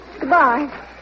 Goodbye